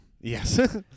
Yes